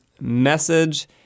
message